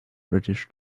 british